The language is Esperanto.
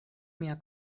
mia